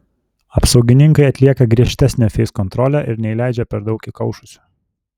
apsaugininkai atlieka griežtesnę feiskontrolę ir neįleidžia per daug įkaušusių